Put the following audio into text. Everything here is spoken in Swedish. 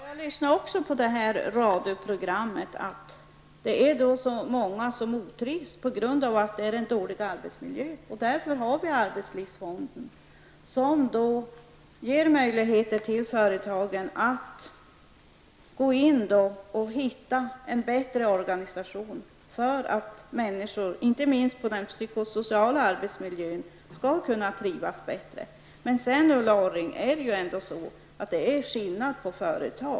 Herr talman! Jag hörde också på radion i morse att det är så många som otrivs på grund av att de har en dålig arbetsmiljö. Därför har vi arbetslivsfonden som ger företagen möjligheter att försöka hitta en bättre organisation, inte minst när det gäller den psykosociala arbetsmiljön, för att människor skall kunna trivas bättre. Sedan, Ulla Orring, är det ju ändå så att det är skillnad mellan olika företag.